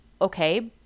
Okay